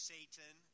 Satan